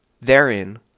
Therein